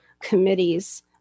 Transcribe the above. committees